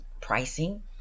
pricing